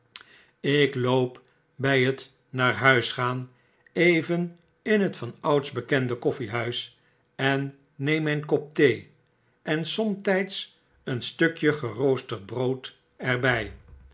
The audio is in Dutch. ik loop by het naar huis gaan even in het vanouds bekende koffiehuis en neem mijn kop thee en somtijds een stukje geroosterd brood er b